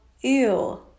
ew